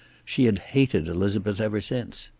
she had hated elizabeth ever since.